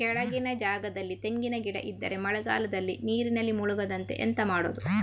ಕೆಳಗಿನ ಜಾಗದಲ್ಲಿ ತೆಂಗಿನ ಗಿಡ ಇದ್ದರೆ ಮಳೆಗಾಲದಲ್ಲಿ ನೀರಿನಲ್ಲಿ ಮುಳುಗದಂತೆ ಎಂತ ಮಾಡೋದು?